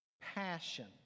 passion